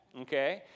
Okay